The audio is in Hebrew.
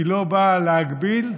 היא לא באה להגביל,